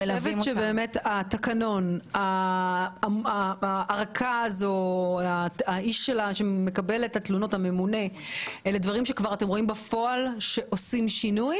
התקנון והממונה שמקבל את התלונות אלה דברים שכבר עושים שינוי?